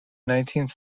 nineteenth